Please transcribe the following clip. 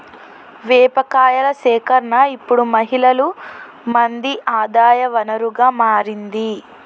వేప కాయల సేకరణ ఇప్పుడు మహిళలు మంది ఆదాయ వనరుగా మారింది